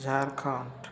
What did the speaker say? Jharkhand